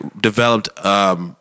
developed